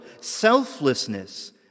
selflessness